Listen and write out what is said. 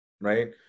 right